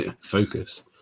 focus